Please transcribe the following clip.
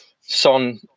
Son